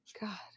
god